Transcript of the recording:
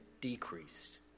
decreased